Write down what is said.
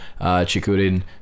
Chikurin